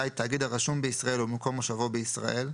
היא תאגיד הרשום בישראל ומקום מושבו בישראל,